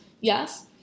yes